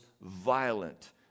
violent